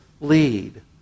lead